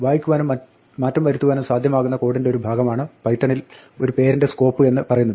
വായിക്കുവാനും മാറ്റം വരുത്തുവാനും സാധ്യമാകുന്ന കോഡിന്റെ ഒരു ഭാഗമാണ് പൈത്തണിൽ ഒരു പേരിന്റെ സ്കോപ്പ് എന്ന് പറയുന്നത്